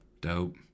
dope